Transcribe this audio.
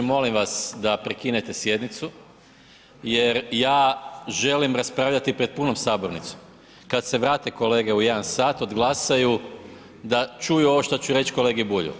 Molim vas da prekinete sjednicu jer ja želim raspravljati pred puno sabornicom, kad se vrate kolege u 1 sat, odglasaju da čuju ovo šta ću reć kolegi Bulju.